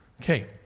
Okay